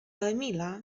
emila